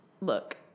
look